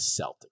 Celtics